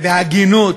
ובהגינות,